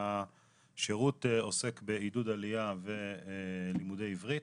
שהשירות עוסק בעידוד עלייה ולימודי עברית.